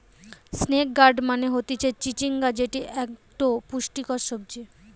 snake gourd মানে হতিছে চিচিঙ্গা যেটি একটো পুষ্টিকর সবজি